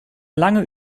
lange